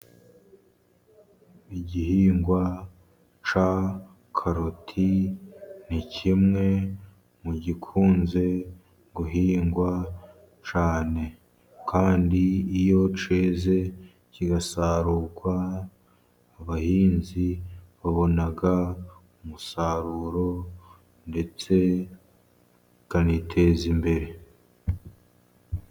Igihingwa cya karoti ni kimwe mu gikunze guhingwa cyane. Kandi iyo cyeze, kigasarurwa, abahinzi babona umusaruro, ndetse bakaniteza imbere.